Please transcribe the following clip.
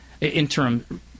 interim